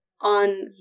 on